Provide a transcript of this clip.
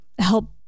help